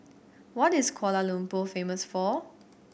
what is Kuala Lumpur famous for